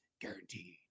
guaranteed